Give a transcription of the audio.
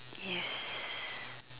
yes